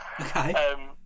Okay